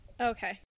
okay